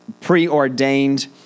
preordained